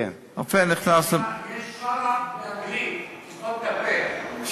יש "שרפ" באנגלית, תסתום את הפה.